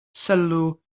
sylw